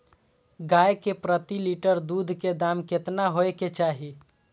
गाय के प्रति लीटर दूध के दाम केतना होय के चाही?